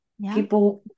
People